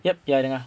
ya dengar dengar